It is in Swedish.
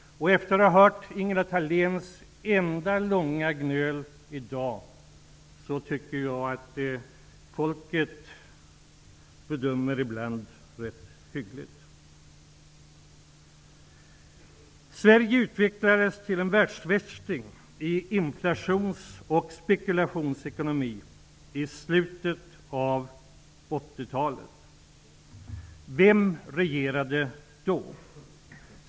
Efter att ha hört Ingela Thaléns långa gnöl i dag tycker jag att folket ibland bedömer frågorna rätt hyggligt. Sverige utvecklades till en världsvärsting i inflations och spekulationsekonomi i slutet av 80 talet. Vem regerade då?